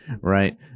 right